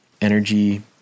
energy